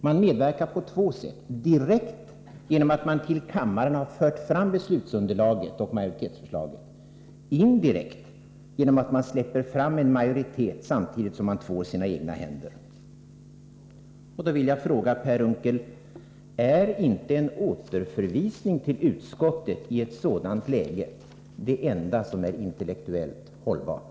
De medverkar på två sätt, direkt genom att till kammaren ha fört fram beslutsunderlaget och majoritetsförslaget och indirekt genom att släppa fram en majoritet samtidigt som man tvår sina egna händer. Är inte, Per Unckel, en återförvisning till utskottet i ett sådant läge det enda intellektuellt hållbara?